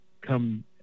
come